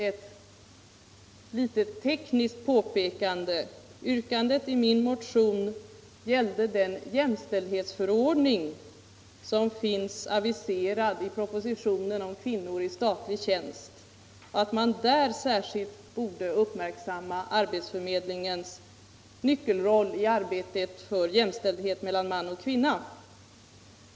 Ett litet tekniskt påpekande. Yrkandet i min motion gällde att man i den jämställdhetsförordning som finns aviserad i propositionen om kvinnor i statlig tjänst borde uppmärksamma arbetsförmedlingens nyckelroll i arbetet för jämställdhet mellan man och kvinna.